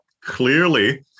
clearly